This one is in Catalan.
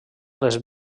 les